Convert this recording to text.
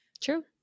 True